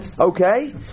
Okay